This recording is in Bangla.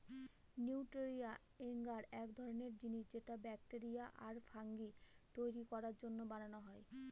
নিউট্রিয়েন্ট এগার এক ধরনের জিনিস যেটা ব্যাকটেরিয়া আর ফাঙ্গি তৈরী করার জন্য বানানো হয়